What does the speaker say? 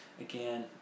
Again